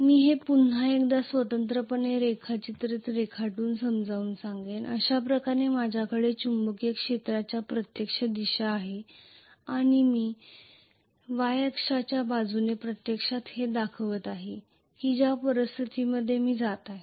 मी हे पुन्हा एकदा स्वतंत्रपणे रेखाचित्र रेखाटून समजावून सांगेन अशा प्रकारे माझ्याकडे चुंबकीय क्षेत्राची प्रत्यक्ष दिशा आहे आणि मी Y अक्षाच्या बाजूने प्रत्यक्षात हे दाखवित आहे की ज्या परिस्थितीत मी जात आहे